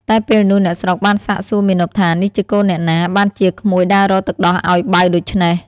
តែពេលនោះ អ្នកស្រុកបានសាកសួរមាណពថានេះជាកូនអ្នកណាបានជាក្មួយដើររកទឹកដោះឲ្យបៅដូច្នេះ?